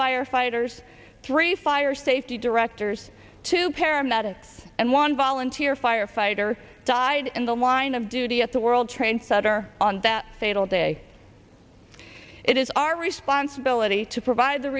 firefighters three fire safety directors two paramedics and one volunteer firefighter died in the line of duty at the world trade center on that fatal day it is our responsibility to provide the